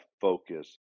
focus